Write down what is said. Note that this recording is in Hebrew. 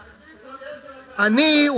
אני,